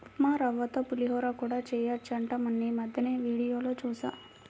ఉప్మారవ్వతో పులిహోర కూడా చెయ్యొచ్చంట మొన్నీమద్దెనే వీడియోలో జూశా